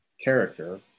character